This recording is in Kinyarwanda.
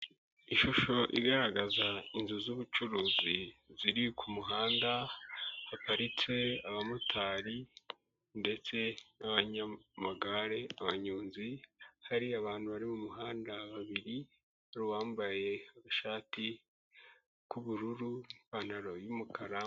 Ishusho igaragaza inzu z'ubucuruzi ziri ku muhanda haparitse abamotari ndetse n'abanyamagare, abanyonzi hari abantu bari mu muhanda babiri, hari uwambaye agashati k'ubururu n'ipantaro y'umukara.